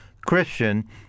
Christian